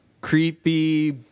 Creepy